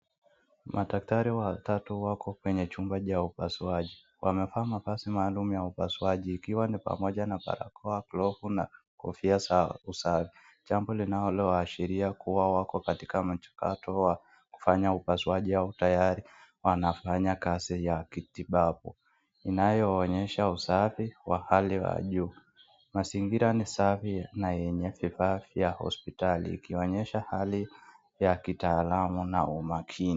Madaktari watatu wako kwenye chumba cha upasuaji. Wamevaa mavazi maalum ya upasuaji ikiwa ni pamoja na parakoa, glovu na kofia za usafi. Jambo linaloashiria kuwa wako katika majukato wa kufanya upasuaji yao tayari wanafanya kazi ya kitibabu inayoonyesha usafi wa hali wa juu. Mazingira ni safi na yenye vifaa vya hospitali ikionyesha hali ya kitaalama na umakini.